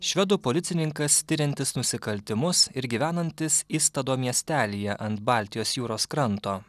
švedų policininkas tiriantis nusikaltimus ir gyvenantis istado miestelyje ant baltijos jūros kranto